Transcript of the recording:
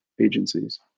agencies